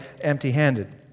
empty-handed